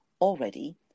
already